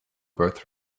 birth